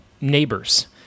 neighbors